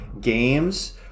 games